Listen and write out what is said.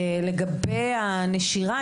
לגבי הנשירה,